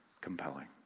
compelling